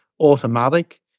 automatic